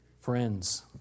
Friends